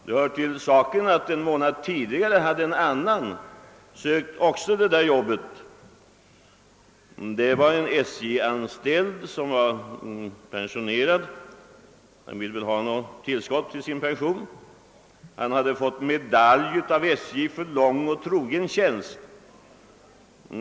Det hör till saken att en annan person en månad tidigare sökt samma arbete. Det var en pensionerad SJ-anställd — han ville väl ha något tillskott till sin pension — som fått medalj av SJ för lång och trogen tjänst.